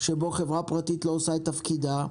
שבו חברה פרטית לא עושה את תפקידה,